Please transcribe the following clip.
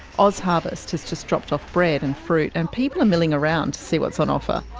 oz harvest has just dropped off bread and fruit and people are milling around to see what's on offer.